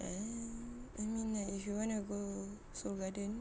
!ow! I mean if you wanna go Seoul Garden